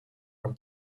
from